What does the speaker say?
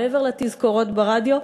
מעבר לתזכורות ברדיו,